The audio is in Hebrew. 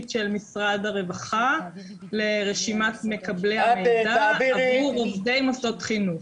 של משרד הרווחה לרשימת מקבלי המידע עבור עובדי מוסדות חינוך.